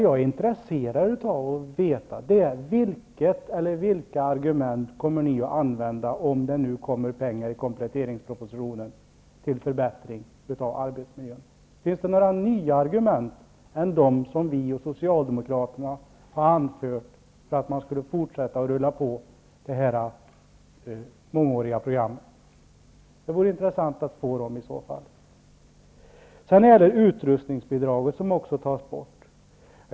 Jag är intresserad av att veta vilka argument för förbättring av arbetsmiljön ni kommer att använda om det kommer pengar genom kompletteringspropositionen. Finns det några andra argument än dem som vi och socialdemokraterna har anfört för att det mångåriga programmet skall fortsätta? Det vore intressant att få höra dem i så fall. Även utrustningsbidraget tas bort.